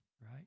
right